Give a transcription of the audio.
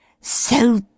So